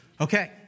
Okay